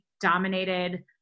dominated